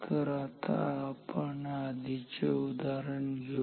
तर आता आपण आधीचे उदाहरण घेऊ